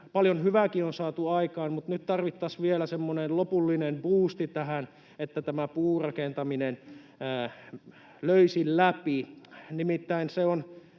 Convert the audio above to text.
paljon hyvääkin on saatu aikaan, mutta nyt tarvittaisiin vielä semmoinen lopullinen buusti tähän, että puurakentaminen löisi läpi.